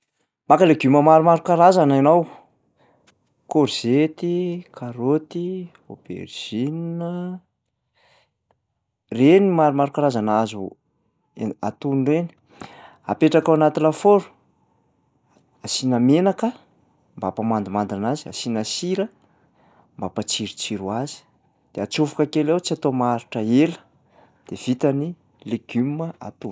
Maka legioma maromaro karazana ianao: kôrzety, karaoty, aubergine a, reny nonmaromaro karazana azo en- atono reny. Apetraka ao anaty lafaoro, asiana menaka mba hampamandimandina anazy, asiana sira mba hampatsirotsiro azy de atsofoka kely ao tsy atao maharitra ela de vita ny legioma atono.